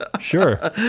sure